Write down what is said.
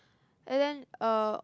and then uh